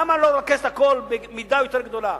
למה לא לרכז את הכול במידה יותר גדולה?